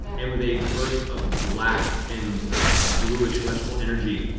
and with a burst of black and bluish electrical energy,